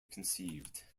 conceived